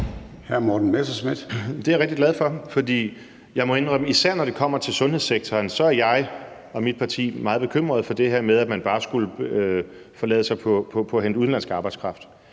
Det er jeg rigtig glad for, for især når det kommer til sundhedssektoren, må jeg indrømme, er jeg og mit parti meget bekymret for det her med, at man bare skulle forlade sig på at hente udenlandsk arbejdskraft.